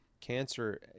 cancer